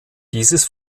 dieses